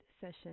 session